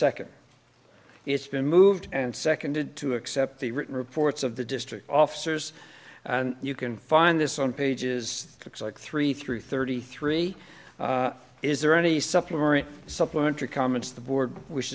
second it's been moved and seconded to accept the written reports of the district officers and you can find this on pages looks like three through thirty three is there any supplementary supplementary comments the board w